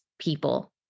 people